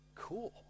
Cool